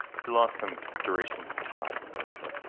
we lost some durations of time. but